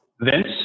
Vince